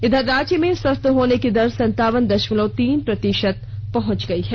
इधर राज्य में स्वस्थ होने की दर संतावन दशमलव तीन प्रतिशत पर पहुंच गयी है